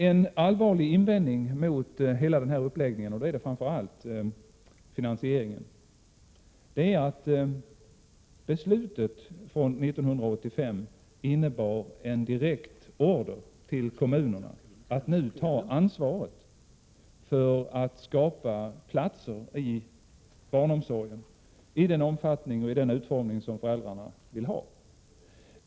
En allvarlig invändning mot hela den här uppläggningen — det gäller då framför allt finansieringen — gäller det faktum att beslutet från 1985 innebar en direkt order till kommunerna att nu ta ansvaret för att skapa platser i barnomsorg i den omfattning och med den utformning som föräldrarna vill ha.